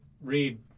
Read